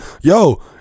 yo